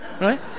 Right